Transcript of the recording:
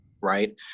right